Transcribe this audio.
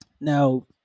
now